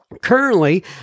Currently